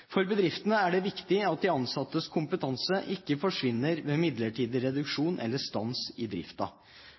For bedriftene er det viktig at de ansattes kompetanse ikke forsvinner ved midlertidig